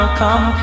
come